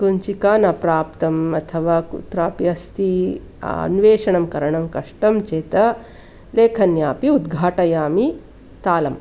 कुञ्चिका न प्राप्तम् अथवा कुत्रापि अस्ति अन्वेषणं करणं कष्टं चेत् लेखन्या अपि उद्घाटयामि तालम्